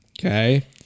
okay